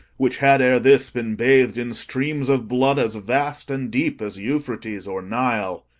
which had ere this been bath'd in streams of blood as vast and deep as euphrates or nile.